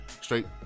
straight